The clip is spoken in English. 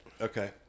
Okay